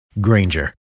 Granger